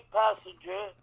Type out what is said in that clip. passenger